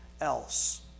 else